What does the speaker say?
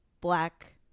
black